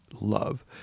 love